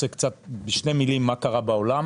בשתי מילים לעבור על מה שקרה בעולם,